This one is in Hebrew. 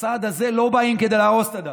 במשרד הזה לא באים כדי להרוס את הדת,